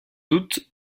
doute